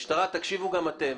המשטרה, תקשיבו גם אתם.